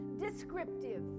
descriptive